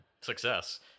success